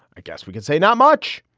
i guess we can say not much.